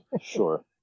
Sure